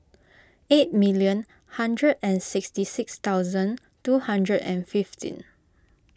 eight million one hundred and sixty six thousand two hundred and fifteen